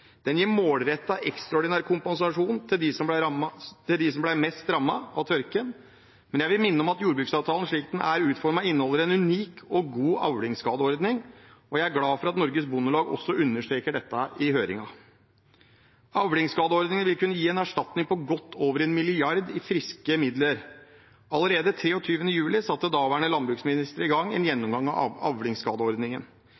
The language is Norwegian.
Den gir målrettet ekstraordinær kompensasjon til dem som blir hardest rammet av tørken. Men jeg vil minne om at jordbruksavtalen slik den er utformet, inneholder en unik og god avlingsskadeordning. Jeg er glad for at Norges Bondelag også understreket dette i høringen. Avlingsskadeordningen vil kunne gi en erstatning på godt over 1 mrd. kr i friske midler. Allerede 23. juli satte daværende landbruksminister i gang en